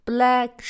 Black